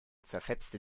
zerfetzte